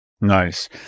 Nice